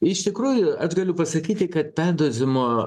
iš tikrųjų aš galiu pasakyti kad perdozavimo